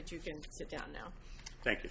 that you can sit down now thank you